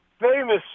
famous